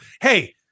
Hey